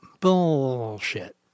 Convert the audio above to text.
Bullshit